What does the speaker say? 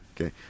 Okay